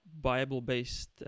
Bible-based